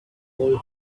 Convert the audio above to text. hole